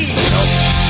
Nope